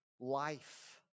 life